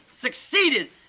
succeeded